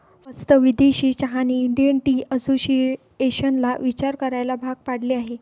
स्वस्त विदेशी चहाने इंडियन टी असोसिएशनला विचार करायला भाग पाडले आहे